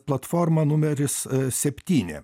platforma numeris septyni